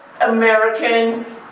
American